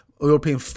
European